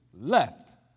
left